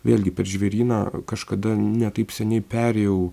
vėlgi per žvėryną kažkada ne taip seniai perėjau